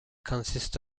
consists